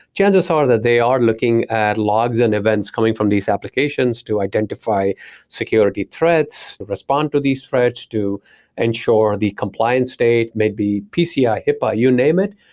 chances are that they are looking at logs and events coming from these applications to identify security threats, respond to these threats to ensure the compliance state, maybe pci, hipaa, you name it,